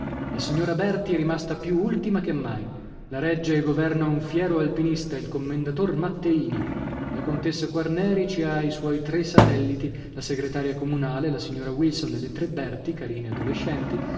la signora berti è rimasta più ultima che mai la regge e governa un fiero alpinista il commendator matteini la contessa quarneri ci ha i suoi tre satelliti la segretaria comunale la signora wilson e le tre berti carine adolescenti